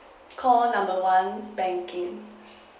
call number one banking